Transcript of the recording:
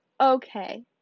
Okay